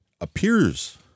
appears